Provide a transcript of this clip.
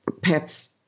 pets